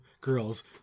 girls